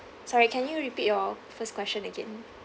sorry can you repeat your first question again